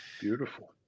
Beautiful